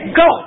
go